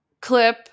clip